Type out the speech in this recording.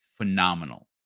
phenomenal